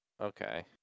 okay